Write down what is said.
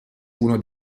uno